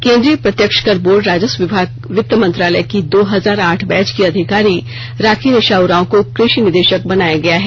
केंद्रीय प्रत्यक्ष कर बोर्ड राजस्व विभाग वित्त मंत्रालय की दो हजार आठ बैच की अधिकारी राखी निशा उरांव को कृषि निदेशक बनाया गया है